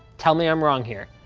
tell me i'm wrong here.